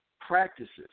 practices